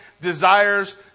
desires